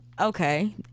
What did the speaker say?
okay